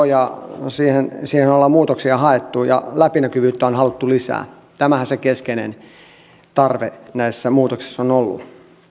ja siihen siihen ollaan muutoksia haettu ja läpinäkyvyyttä on haluttu lisää tämähän se keskeinen tarve näissä muutoksissa on ollut